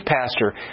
pastor